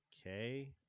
Okay